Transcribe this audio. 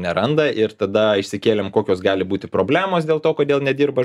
neranda ir tada išsikėlėm kokios gali būti problemos dėl to kodėl nedirba